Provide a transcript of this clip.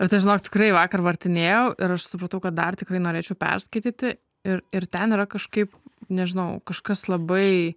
bet aš žinok tikrai vakar vartinėjau ir aš supratau kad dar tikrai norėčiau perskaityti ir ir ten yra kažkaip nežinau kažkas labai